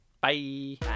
Bye